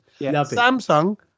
Samsung